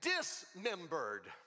dismembered